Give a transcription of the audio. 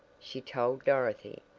she told dorothy,